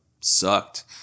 sucked